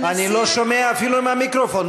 אני לא שומע, אפילו עם המיקרופון.